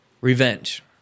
revenge